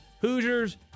Hoosiers